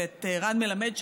וברן מלמד,